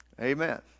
amen